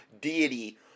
deity